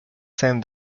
send